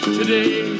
today